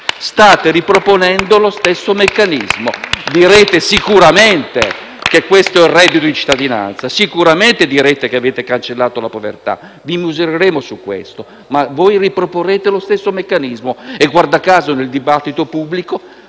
State riproponendo lo stesso meccanismo. Direte sicuramente che questo è il reddito di cittadinanza e che avete cancellato la povertà. Vi misureremo su questo, ma voi riproporrete lo stesso meccanismo e, guarda caso, nel dibattito pubblico